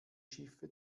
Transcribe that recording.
schiffe